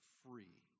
free